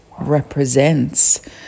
represents